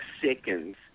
seconds